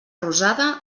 rosada